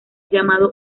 llamado